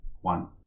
One